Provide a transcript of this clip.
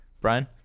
Brian